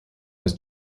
was